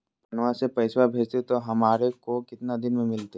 पटनमा से पैसबा भेजते तो हमारा को दिन मे मिलते?